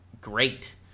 great